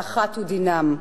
ואחת דינם,